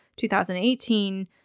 2018